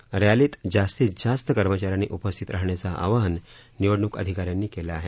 या रसीत जास्तीत जास्त कर्मचाऱ्यांनी उपास्थी राहण्याचं आवाहन निवडणूक अधिकाऱ्यांनी केली आहे